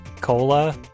cola